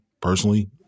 personally